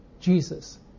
Jesus